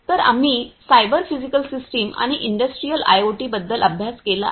तर आम्ही cyber physical system आणि इंडस्ट्रियल आयओटी बद्दल अभ्यास केला आहे